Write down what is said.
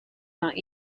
not